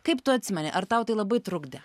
kaip tu atsimeni ar tau tai labai trukdė